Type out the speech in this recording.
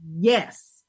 yes